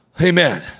Amen